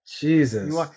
Jesus